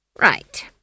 Right